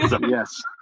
Yes